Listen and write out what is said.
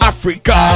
Africa